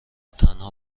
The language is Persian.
تنها